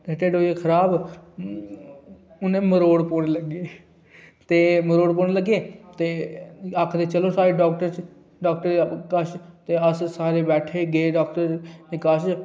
ते ढिड्ड होइया खराब उ'नें मरोड़ पौन लगे ते मरोड़ पौन लगे ते आखदे चलो डाक्टर कश अस सारे बैठे गे डाक्टर कश